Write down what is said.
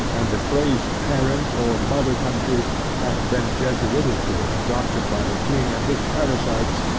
and the phrase parent or mother country hath been jesuitically adopted by the king and his parasites,